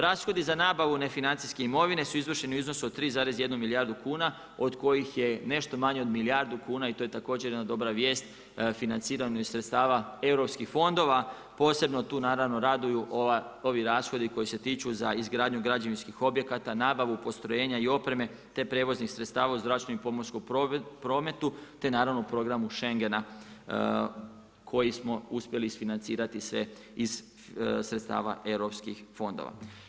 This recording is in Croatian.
Rashodi za nabavu nefinancijske imovine su izvršeni u iznosu od 3,1 milijardu kuna od kojih je nešto manje od milijardu kuna i to je također jedna dobra vijest financirano iz sredstava europskih fondova, posebno tu naravno raduju ovi rashodi koji se tiču za izgradnju građevinskih objekata, nabavu, postrojenja i opreme te prijevoznih sredstava u zračnom i pomorskom prometu te naravno u programu šengena koji smo uspjeli isfinancirati se iz sredstava EU fondova.